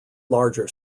larger